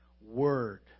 word